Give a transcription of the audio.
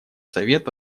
совет